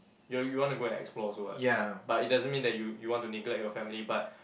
ya you want to go and explore also [what] but it don't mean that you you want to neglect your family but